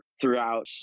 throughout